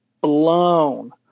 blown